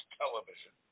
television